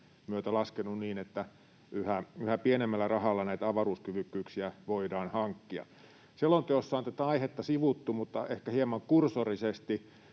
myötä laskenut niin, että yhä pienemmällä rahalla näitä avaruuskyvykkyyksiä voidaan hankkia. Selonteossa on tätä aihetta sivuttu, mutta ehkä hieman kursorisesti,